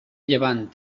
llevant